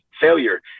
failure